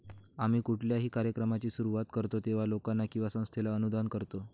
आम्ही कुठल्याही कार्यक्रमाची सुरुवात करतो तेव्हा, लोकांना किंवा संस्थेला अनुदान करतो